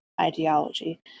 ideology